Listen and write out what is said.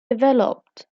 developed